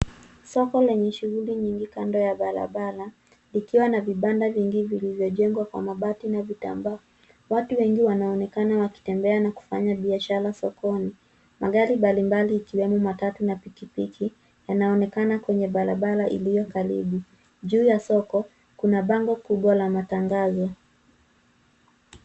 Soko lenye shughuli nyingi kando ya barabara, ikiwa na vibanda vingi vilivyojengwa kwa mabati na vitambaa. Watu wengi wanaonekana wakitembea na kufanya biashara sokoni. Magari mbalimbali ikiwemo matatu na pikipiki yanaonekana kwenye barabara iliyo karibu. Juu ya soko kuna bango kubwa la matangazo.